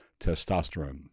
testosterone